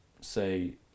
say